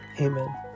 Amen